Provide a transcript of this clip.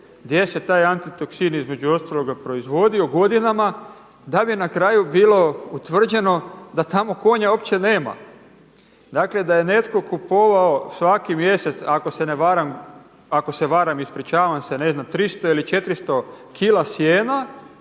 gdje se taj antitoksin između ostaloga proizvodio godinama, da bi na kraju bilo utvrđeno da tamo konja uopće nema. Dakle, da je netko kupovao svaki mjesec ako se ne varam, ako se varam ispričavam se, ne znam 300 ili 400 kila sijena